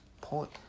point